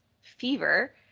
fever